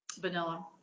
Vanilla